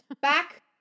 Back